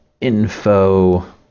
info